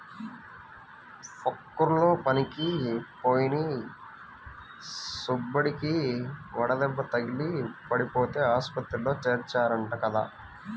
పక్కూర్లో పనులకి పోయిన సుబ్బడికి వడదెబ్బ తగిలి పడిపోతే ఆస్పత్రిలో చేర్చారంట కదా